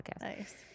nice